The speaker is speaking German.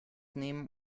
nehmen